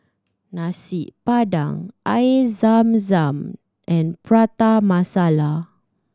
Nasi Padang Air Zam Zam and Prata Masala